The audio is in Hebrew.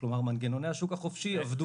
כלומר מנגנוני השוק החופשי עבדו.